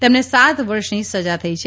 તેમને સાત વર્ષની સજા થઇ છે